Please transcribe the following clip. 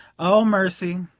oh, mercy,